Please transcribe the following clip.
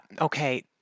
okay